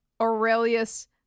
aurelius